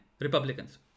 Republicans